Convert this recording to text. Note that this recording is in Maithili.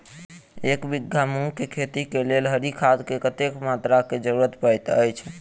एक बीघा मूंग केँ खेती केँ लेल हरी खाद केँ कत्ते मात्रा केँ जरूरत पड़तै अछि?